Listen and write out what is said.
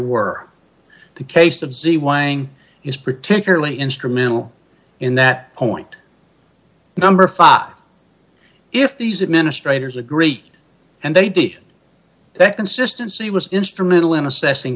were the case of z weighing is particularly instrumental in that point number five if these administrators agree and they did that consistency was instrumental in assessing